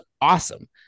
awesome